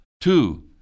Two